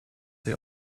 they